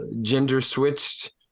gender-switched